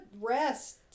rest